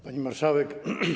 Pani Marszałek!